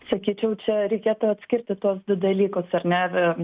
sakyčiau čia reikėtų atskirti tuos du dalykus ar ne ar